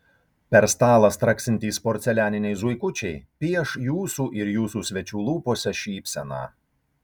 per stalą straksintys porcelianiniai zuikučiai pieš jūsų ir jūsų svečių lūpose šypseną